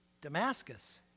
Damascus